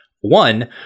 One